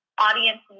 audience